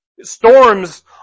Storms